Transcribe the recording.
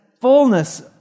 fullness